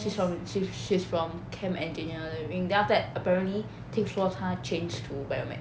she's from she's she's from chem engineering then after that apparently 听说她 change to biomed